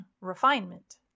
refinement